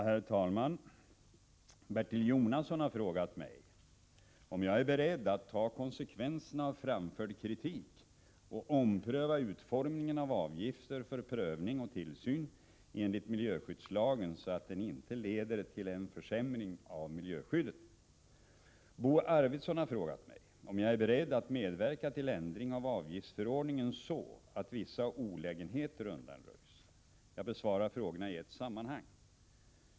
Herr talman! Bertil Jonasson har frågat mig om jag är beredd att ta konsekvenserna av framförd kritik och ompröva utformningen av avgifter för prövning och tillsyn enligt miljöskyddslagen så att den inte leder till en försämring av miljöskyddet. Bo Arvidson har frågat mig om jag är beredd att medverka till ändring av avgiftsförordningen så att vissa olägenheter undanröjs. Jag besvarar frågorna i ett sammanhang.